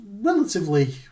relatively